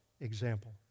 example